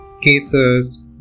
cases